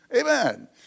Amen